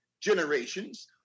generations